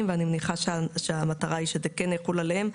ואני מניחה שהמטרה היא שזה כן יחול עליהם.